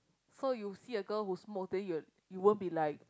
so you see a girl who smoke then you'll you won't be like